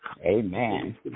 Amen